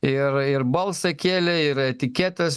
ir ir balsą kėlė ir etiketes